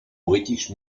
british